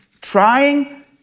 Trying